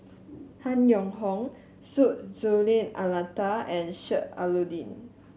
Han Yong Hong Syed Hussein Alatas and Sheik Alau'ddin